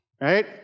Right